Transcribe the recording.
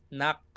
nak